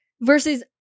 Versus